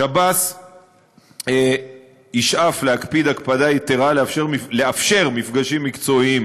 שב״ס ישאף להקפיד הקפדה יתרה לאפשר מפגשים מקצועיים